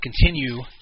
continue